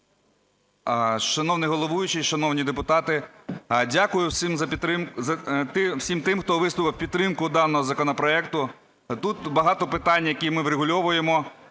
Дякую всім тим, хто виступив у підтримку даного законопроекту. Тут багато питань, які ми врегульовуємо.